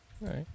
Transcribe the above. Right